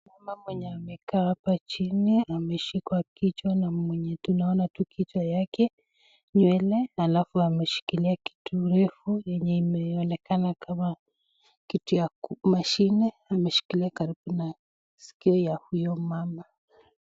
Mama mwenye amekaa hapa chini ameshikwa kichwa na mwenye tunaona tu kichwa yake nywele alafu ameshikilia kitu refu yenye imeonekana kama kitu ya mashine ameshikilia karibu na sikio ya huyo mama.